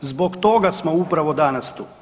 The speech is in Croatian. Zbog toga smo upravo danas tu.